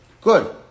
Good